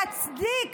להצדיק